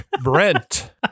brent